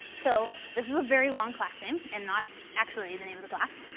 so, this is a very long class name and not actually the name of the class.